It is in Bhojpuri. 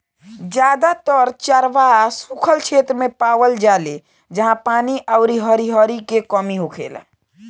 जादातर चरवाह सुखल क्षेत्र मे पावल जाले जाहा पानी अउरी हरिहरी के कमी होखेला